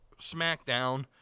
SmackDown